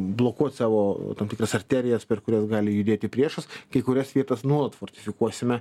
blokuot savo tam tikras arterijas per kurias gali judėti priešas kai kurias vietas nuolat fortifikuosime